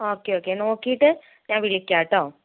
okay okay നോക്കിട്ട് ഞാൻ വിളിക്കാട്ടോ